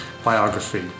biography